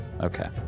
Okay